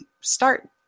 start